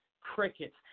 crickets